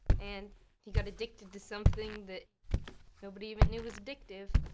and he got addicted to something that nobody even knew was addictive.